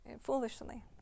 foolishly